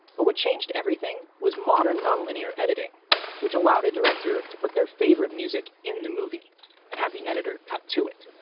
but what changed everything was modern nonlinear editing which allowed a director to put their favorite music in the movie and have the editor cut to it.